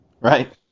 Right